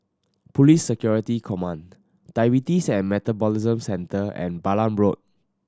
Police Security Command Diabetes and Metabolism Centre and Balam Road